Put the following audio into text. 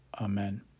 Amen